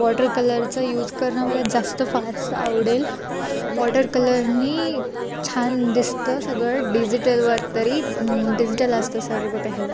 water कलरचा use करणं मला जास्त फारसं आवडेल वॉटर कलरने छान दिसतं सगळं डिजिटलवर तरी डिजिटल असतं सर्व काही